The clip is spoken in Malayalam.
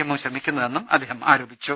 എമ്മും ശ്രമിക്കുന്നതെന്നും അദ്ദേഹം ആരോപിച്ചു